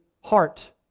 heart